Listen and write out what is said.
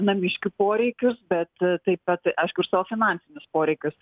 namiškių poreikius bet taip pat aišku ir finansinius poreikius